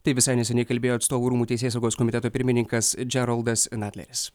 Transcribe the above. taip visai neseniai kalbėjo atstovų rūmų teisėsaugos komiteto pirmininkas džeroldas nadleris